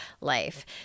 life